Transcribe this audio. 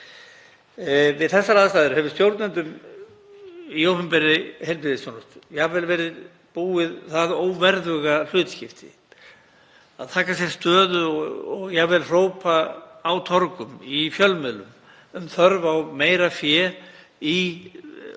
Við þessar aðstæður hefur stjórnendum í opinberri heilbrigðisþjónustu jafnvel verið búið það óverðuga hlutskipti að taka sér stöðu og jafnvel hrópa á torgum í fjölmiðlum um þörf á meira fé í